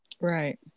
Right